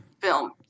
film